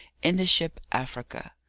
in the ship africa.